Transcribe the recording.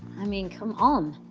i mean, come on.